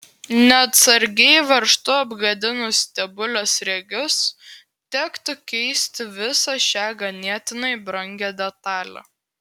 neatsargiai varžtu apgadinus stebulės sriegius tektų keisti visą šią ganėtinai brangią detalę